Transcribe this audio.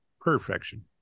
Perfection